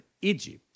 Egypt